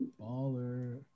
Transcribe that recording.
Baller